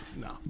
No